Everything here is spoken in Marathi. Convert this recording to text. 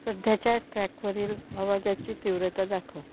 सध्याच्या ट्रॅकवरील आवाजाची तीव्रता दाखव